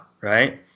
right